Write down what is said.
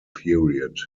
period